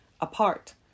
apart